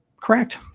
Correct